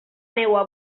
meua